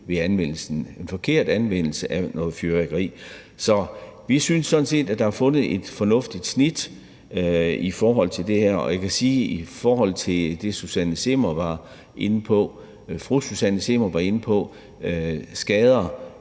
livet ved en forkert anvendelse af noget fyrværkeri. Så vi synes sådan set, at der er fundet et fornuftigt snit i forhold til det her, og jeg kan sige i forhold til det, fru Susanne Zimmer var inde på med skader,